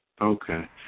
Okay